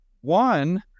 One